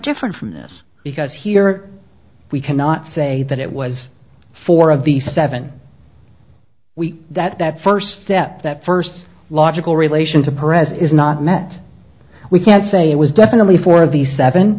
different from this because here we cannot say that it was four of the seven we that that first step that first logical relation to present is not met we can say it was definitely for the seven